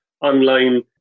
online